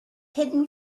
hidden